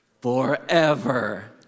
forever